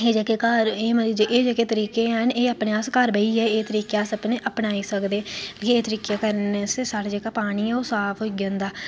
एह् जेह्के तरीके न अस घर बेहियै अस अपने अपनाई सकदे